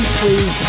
please